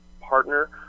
partner